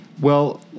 Well-